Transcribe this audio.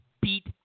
beat